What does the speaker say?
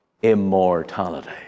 immortality